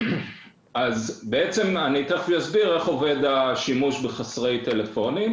אני תכף אסביר איך עובד השימוש בחסרי טלפונים.